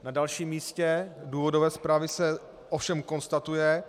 Na dalším místě v důvodové zprávě se ovšem konstatuje...